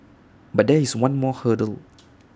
but there is one more hurdle